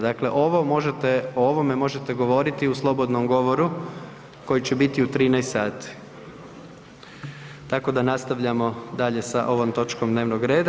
Dakle, ovo možete, o ovome možete govoriti u slobodnom govoru koji će biti u 13 sati, tako da nastavljamo dalje sa ovom točkom dnevnog reda.